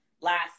last